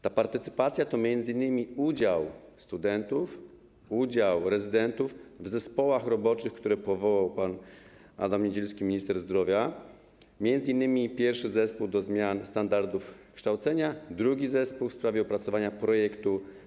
Ta partycypacja to m.in. udział studentów, udział rezydentów w zespołach roboczych, które powołał pan Adam Niedzielski, minister zdrowia, m.in. pierwszy zespół do spraw zmian standardów kształcenia i drugi zespół do spraw opracowania projektu: